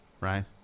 right